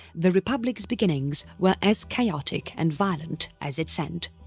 the republic's beginnings were as chaotic and violent as its end.